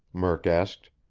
murk asked.